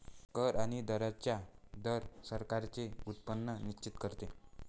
कर आणि दरांचा दर सरकारांचे उत्पन्न निश्चित करतो